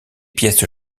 pièces